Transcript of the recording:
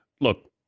Look